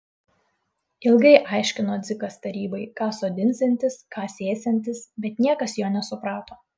ilgai aiškino dzikas tarybai ką sodinsiantis ką sėsiantis bet niekas jo nesuprato